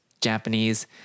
Japanese